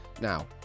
Now